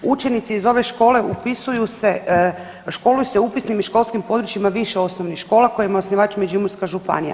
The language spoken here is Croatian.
Učenici iz ove škole upisuju je, školuju se upisnim i školskim područjima više osnovnih škola kojima je osnivač Međimurska županija.